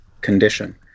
condition